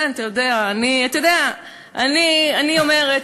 כן, אתה יודע, אני אומרת: